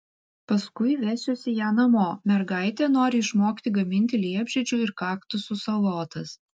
paskui vesiuosi ją namo mergaitė nori išmokti gaminti liepžiedžių ir kaktusų salotas